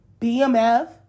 BMF